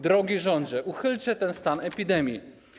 Drogi rządzie, uchylcie ten stan epidemii.